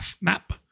map